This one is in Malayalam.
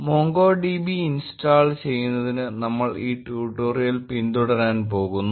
MongoDB ഇൻസ്റ്റാൾ ചെയ്യുന്നതിന് നമ്മൾ ഈ ട്യൂട്ടോറിയൽ പിന്തുടരാൻ പോകുന്നു